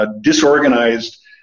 disorganized